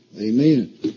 Amen